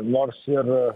nors ir